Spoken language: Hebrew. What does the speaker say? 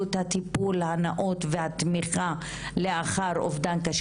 את הטיפול הנאות והתמיכה לאחר אובדן קשה.